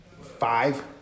Five